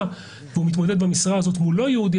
והוא מתמודד במשרה הזאת מול לא יהודי,